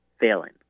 Failing